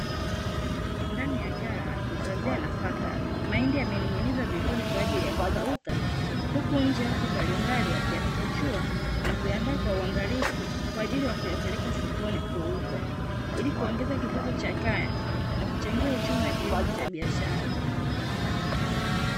Ndani ya ghala la kuhifadhia nafaka, mahindi yamening'inizwa vizuri kwa ajili ya kukauka, huku nje watu mbalimbali wakiyapukuchua na kuyaandaa kwa uangalifu kwa ajili ya kuyapeleka sokoni kuuzwa, ili kuongeza kipato cha kaya na kuchangia uchumi wa kilimo cha biashara.